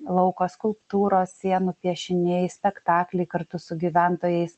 lauko skulptūros sienų piešiniai spektakliai kartu su gyventojais